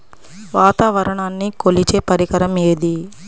వాతావరణాన్ని కొలిచే పరికరం ఏది?